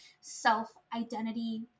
self-identity